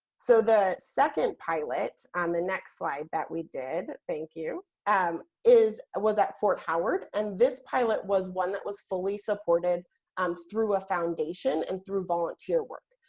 so, the second pilot on the next slide that we did, thank you, um ah was at fort howard. and this pilot was one that was fully supported um through a foundation and through volunteer work,